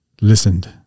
listened